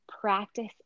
practice